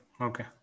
Okay